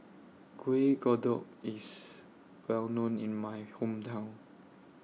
Kuih Kodok IS Well known in My Hometown